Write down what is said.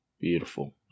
beautiful